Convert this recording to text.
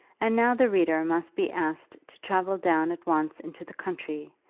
and now the reader must be asked to travel down at once into the country,